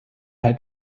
had